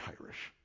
Irish